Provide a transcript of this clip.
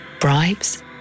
Bribes